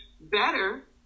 better